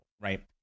right